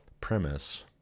premise